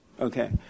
Okay